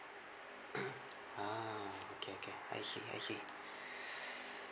ah okay okay I see I see